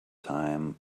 time